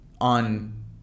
on